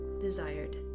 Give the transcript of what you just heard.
desired